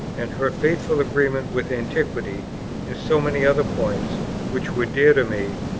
and her faithful agreement with antiquity in so many other points which were dear to me,